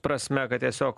prasme kad tiesiog